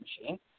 machine